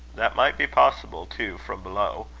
that might be possible, too, from below.